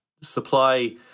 supply